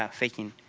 um faking.